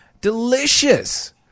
Delicious